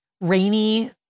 rainy